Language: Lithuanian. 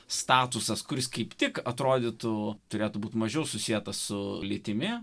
statusas kuris kaip tik atrodytų turėtų būti mažiau susietas su lytimi